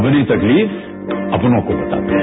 अपनी तकलीफ अपनों को बताते हैं